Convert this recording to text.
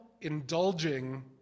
indulging